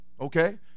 Okay